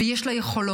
ויש לה יכולות,